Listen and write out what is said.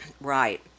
right